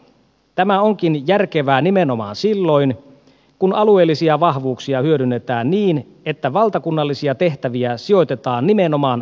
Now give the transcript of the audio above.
tämä onkin järkevää nimenomaan silloin kun alueellisia vahvuuksia hyödynnetään niin että valtakunnallisia tehtäviä sijoitetaan nimenomaan alueille